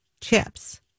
chips